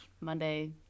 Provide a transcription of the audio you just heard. Monday